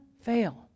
fail